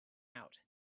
out